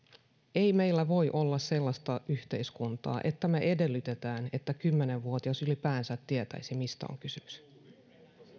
ei meillä voi olla sellaista yhteiskuntaa että me edellytämme että kymmenen vuotias ylipäänsä tietäisi mistä on kysymys